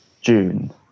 June